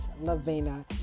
Lavina